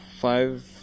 five